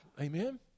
Amen